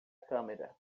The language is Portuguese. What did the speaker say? câmera